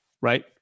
right